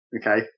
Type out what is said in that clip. Okay